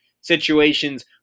situations